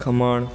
khaman